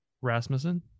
Rasmussen